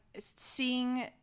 seeing